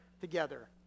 together